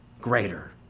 greater